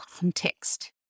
context